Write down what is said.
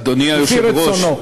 אדוני היושב-ראש,